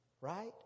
Right